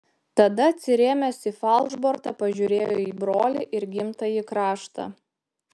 tada atsirėmęs į falšbortą pažiūrėjo į brolį ir gimtąjį kraštą